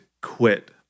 quit